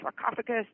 sarcophagus